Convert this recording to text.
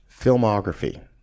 filmography